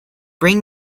bring